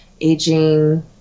aging